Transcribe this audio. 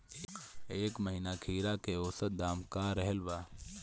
एह महीना खीरा के औसत दाम का रहल बा?